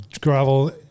Gravel